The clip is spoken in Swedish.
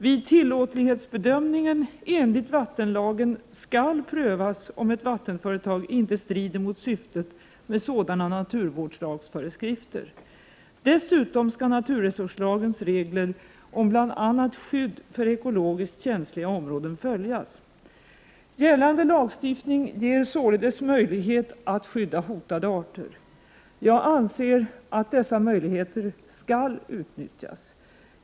Vid tillåtlighetsbedömningen enligt vattenlagen skall prövas om ett vattenföretag inte strider mot syftet med sådana naturvårdslagsföreskrifter. Dessutom skall naturresurslagens regler om bl.a. skydd för ekologiskt känsliga områden följas. Gällande lagstiftning ger således möjlighet att skydda hotade arter. Jag anser att dessa möjligheter skall utnyttjas.